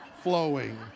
flowing